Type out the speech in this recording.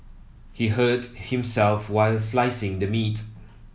he hurt himself while slicing the meat